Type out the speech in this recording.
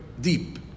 deep